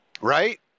right